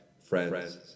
friends